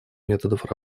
методов